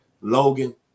Logan